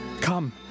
Come